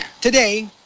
today